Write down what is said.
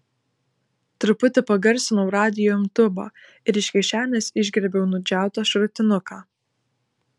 truputį pagarsinau radijo imtuvą ir iš kišenės išgriebiau nudžiautą šratinuką